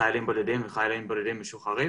לחיילים בודדים וחיילים בודדים משוחררים